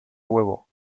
huevo